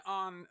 on